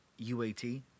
UAT